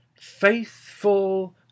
faithful